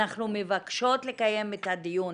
אנחנו מבקשות לקיים את הדיון